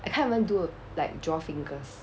I can't even do like draw fingers